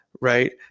right